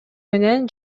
менен